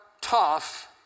tough